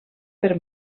per